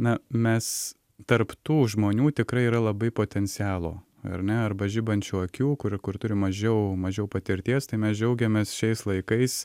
na mes tarp tų žmonių tikrai yra labai potencialo ar ne arba žibančių akių kur kur turi mažiau mažiau patirties tai mes džiaugiamės šiais laikais